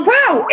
Wow